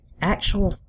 actual